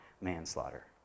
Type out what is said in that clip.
manslaughter